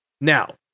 Now